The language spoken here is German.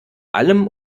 allem